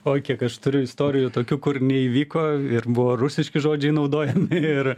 oi kiek aš turiu istorijų tokių kur neįvyko ir buvo rusiški žodžiai naudojami ir